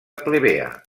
plebea